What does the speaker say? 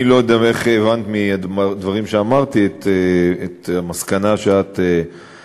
אני לא יודע איך הבנת מהדברים שאמרתי את המסקנה שאת הסקת,